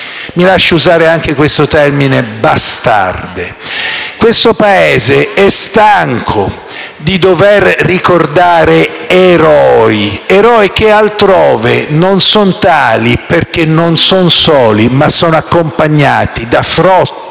mi lasci usare questo termine - bastarde. Questo Paese è stanco di dover ricordare eroi, che altrove non sono tali perché non sono soli, ma sono accompagnati da frotte,